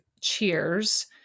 cheers